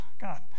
God